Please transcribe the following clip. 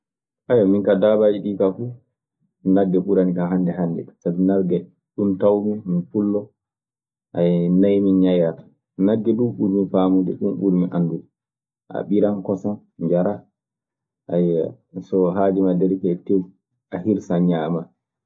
min kaa daabaaji ɗii kaa fuu nagge ɓuranikan hannde hannde, sabi nagge ɗun tawmi, mi pullo. nay min anndi.